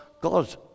God